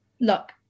Look